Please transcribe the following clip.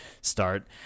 start